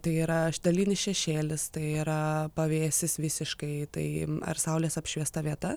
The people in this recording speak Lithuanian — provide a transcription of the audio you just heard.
tai yra dalinis šešėlis tai yra pavėsis visiškai tai ar saulės apšviesta vieta